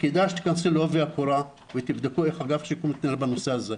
כדאי שתיכנסו לעובי הקורה ותבדקו איך אגף שיקום מתנהל בנושא הזה.